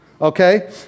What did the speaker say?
okay